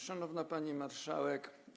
Szanowna Pani Marszałek!